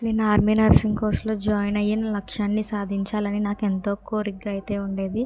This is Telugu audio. నేను ఆర్మీ నర్సింగ్ కోర్స్లో జాయిన్ అయ్యాను లక్ష్యాన్ని సాధించాలని నాకు ఎంతో కోరికగా అయితే ఉండేది